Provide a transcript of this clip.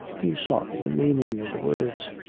he sought the meaning of the words.